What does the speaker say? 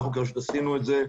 אנחנו עשינו את זה,